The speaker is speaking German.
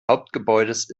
hauptgebäudes